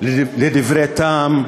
לדברי טעם.